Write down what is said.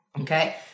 Okay